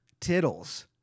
tittles